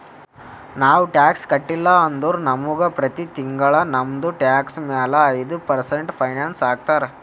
ನಾವು ಟ್ಯಾಕ್ಸ್ ಕಟ್ಟಿಲ್ಲ ಅಂದುರ್ ನಮುಗ ಪ್ರತಿ ತಿಂಗುಳ ನಮ್ದು ಟ್ಯಾಕ್ಸ್ ಮ್ಯಾಲ ಐಯ್ದ ಪರ್ಸೆಂಟ್ ಫೈನ್ ಹಾಕ್ತಾರ್